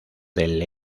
del